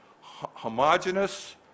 homogeneous